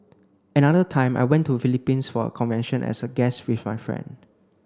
another time I went to Philippines for a convention as a guest with my friend